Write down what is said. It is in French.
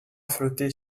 flotter